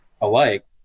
alike